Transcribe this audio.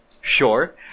Sure